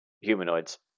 humanoids